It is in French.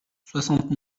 soixante